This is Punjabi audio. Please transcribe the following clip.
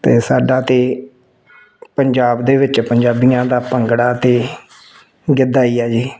ਅਤੇ ਸਾਡਾ ਤਾਂ ਪੰਜਾਬ ਦੇ ਵਿੱਚ ਪੰਜਾਬੀਆਂ ਦਾ ਭੰਗੜਾ ਅਤੇ ਗਿੱਧਾ ਹੀ ਹੈ ਜੀ